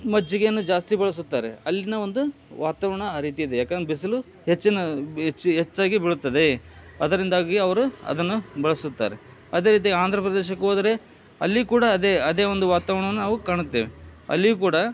ಮಜ್ಜಿಗೆಯನ್ನ ಜಾಸ್ತಿ ಬಳಸುತ್ತಾರೆ ಅಲ್ಲಿನ ಒಂದು ವಾತಾವರಣ ಆ ರೀತಿ ಇದೆ ಯಾಕನ್ ಬಿಸಿಲು ಹೆಚ್ಚಿನ ಹೆಚ್ಚು ಹೆಚ್ಚಾಗಿ ಬೀಳುತ್ತದೆ ಅದರಿಂದಾಗಿ ಅವರು ಅದನ್ನು ಬಳಸುತ್ತಾರೆ ಅದೇ ರೀತಿ ಆಂಧ್ರಪ್ರದೇಶಕ್ಕೆ ಹೋದ್ರೆ ಅಲ್ಲಿ ಕೂಡ ಅದೇ ಅದೇ ಒಂದು ವಾತಾವರಣವನ್ನು ನಾವು ಕಾಣುತ್ತೇವೆ ಅಲ್ಲಿಯು ಕೂಡ